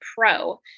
Pro